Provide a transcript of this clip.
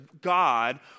God